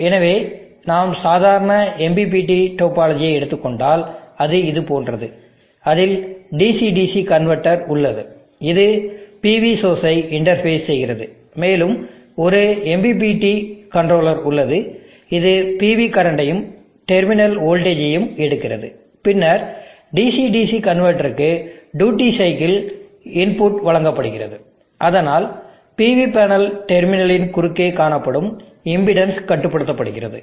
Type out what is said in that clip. எனவே நாம் சாதாரண MPPT டோபாலஜியை எடுத்துக் கொண்டால் அது இது போன்றது அதில் DC DC கன்வெர்ட்டர் உள்ளது இது PV சோர்ஸ் ஐ இன்டர்பேஸ் செய்கிறது மேலும் ஒரு MPPT கண்ட்ரோலர் உள்ளது இது PV கரண்டையும் டெர்மினல் வோல்டேஜையும் எடுக்கிறது பின்னர் DC DC கன்வெர்ட்டருக்கு டியூட்டி சைக்கிள் இன்புட் வழங்கப்படுகிறது அதேபோல் PV பேனல் டெர்மினலின் குறுக்கே காணப்படும் இம்பெடன்ஸ் கட்டுப்படுத்தப்படுகிறது